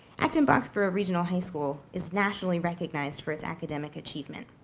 acton-boxborough regional high school is nationally recognized for its academic achievement.